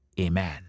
Amen